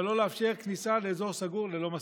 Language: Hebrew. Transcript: אבל לא לאפשר כניסה לאזור סגור ללא מסכה.